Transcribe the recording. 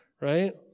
right